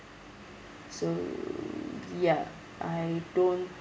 so ya I don't